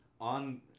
on